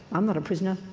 i'm not a prisoner,